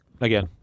Again